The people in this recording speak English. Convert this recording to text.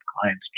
clients